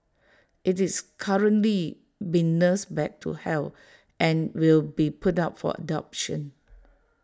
IT is currently being nursed back to health and will be put up for adoption